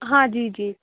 हाँ जी जी